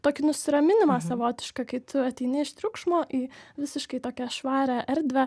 tokį nusiraminimą savotišką kai tu ateini iš triukšmo į visiškai tokią švarią erdvę